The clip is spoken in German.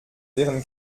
wären